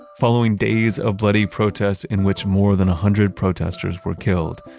following days of bloody protests in which more than a hundred protesters were killed,